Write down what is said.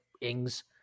Ings